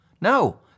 No